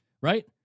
Right